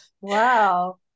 Wow